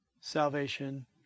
salvation